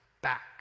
back